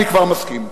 אני כבר מסכים.